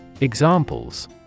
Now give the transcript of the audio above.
Examples